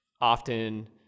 often